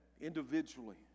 individually